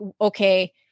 okay